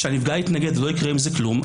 שהנפגע התנגד ולא יקרה עם זה כלום,